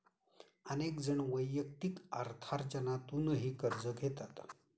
अनेक जण वैयक्तिक अर्थार्जनातूनही कर्ज घेतात